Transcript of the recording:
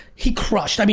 he crushed. i mean,